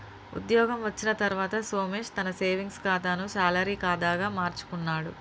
ఉద్యోగం వచ్చిన తర్వాత సోమేశ్ తన సేవింగ్స్ కాతాను శాలరీ కాదా గా మార్చుకున్నాడు